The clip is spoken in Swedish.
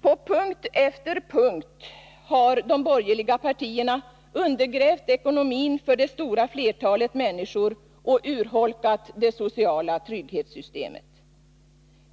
På punkt efter punkt har de borgerliga partierna undergrävt ekonomin för det stora flertalet människor och urholkat det sociala trygghetssystemet.